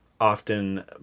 often